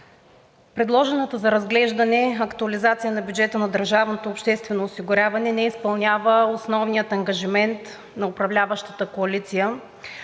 Предложената за разглеждане актуализация на бюджета на държавното обществено осигуряване не изпълнява основния ангажимент на управляващата коалиция,